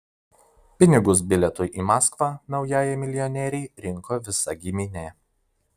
pinigus bilietui į maskvą naujajai milijonierei rinko visa giminė